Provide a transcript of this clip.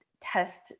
test